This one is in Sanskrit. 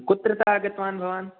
कुत्रतः आगतवान् भवान्